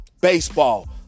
baseball